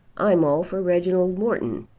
i'm all for reginald morton.